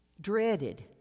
Dreaded